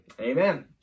amen